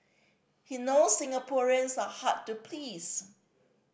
he knows Singaporeans are hard to please